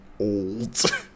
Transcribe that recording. old